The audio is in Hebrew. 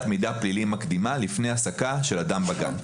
מידע פלילי מקדימה לפני העסקה של אדם בגן,